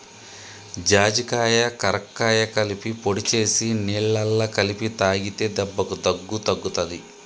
జాజికాయ కరక్కాయ కలిపి పొడి చేసి నీళ్లల్ల కలిపి తాగితే దెబ్బకు దగ్గు తగ్గుతది